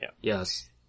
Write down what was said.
Yes